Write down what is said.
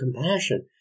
compassion